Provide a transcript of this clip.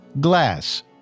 glass